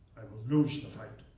lose the fight.